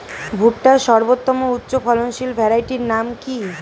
ভুট্টার সর্বোত্তম উচ্চফলনশীল ভ্যারাইটির নাম কি?